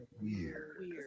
Weird